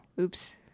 Oops